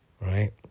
right